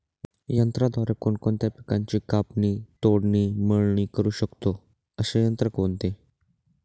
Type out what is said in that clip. यंत्राद्वारे कोणकोणत्या पिकांची कापणी, तोडणी, मळणी करु शकतो, असे यंत्र कोणते?